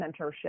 mentorship